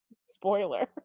spoiler